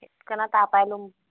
সেই কাৰণে তাৰ পৰাই লম